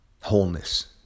wholeness